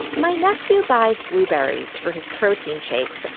my nephew buys blueberries for his protein shakes,